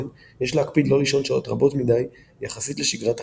יש להקפיד לא לישון שעות רבות מדי יחסית לשגרת החיים.